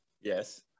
Yes